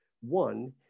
one